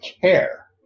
care